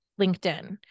LinkedIn